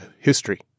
history